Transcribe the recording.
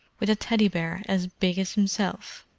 with a teddy-bear as big as himself.